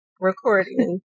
recording